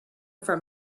from